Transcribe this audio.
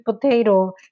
potato